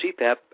CPAP